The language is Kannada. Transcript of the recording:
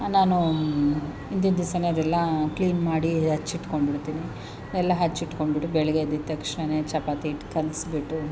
ನಾನು ಇಂದಿನ ದಿವ್ಸವೇ ಅದೆಲ್ಲ ಕ್ಲೀನ್ ಮಾಡಿ ಹಚ್ಚಿಟ್ಕೊಂಡ್ಬಿಡ್ತೀನಿ ಎಲ್ಲ ಹಚ್ಚಿಟ್ಕೊಂಡ್ಬಿಟ್ಟು ಬೆಳಗ್ಗೆ ಎದ್ದಿದ್ದ ತಕ್ಷಣನೇ ಚಪಾತಿ ಹಿಟ್ಟು ಕಲಸ್ಬಿಟ್ಟು